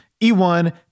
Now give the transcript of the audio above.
E1